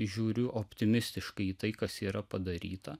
žiūriu optimistiškai į tai kas yra padaryta